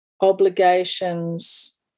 obligations